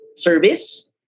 service